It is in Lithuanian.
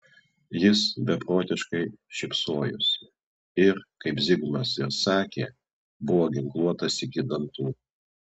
jis beprotiškai šypsojosi ir kaip zigmas ir sakė buvo ginkluotas iki dantų